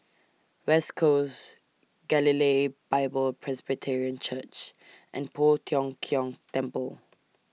West Coast Galilee Bible Presbyterian Church and Poh Tiong Kiong Temple